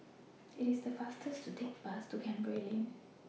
IT IS faster to Take The Bus to Canberra Lane